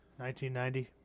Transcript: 1990